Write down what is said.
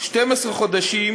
ושל 12 חודשים,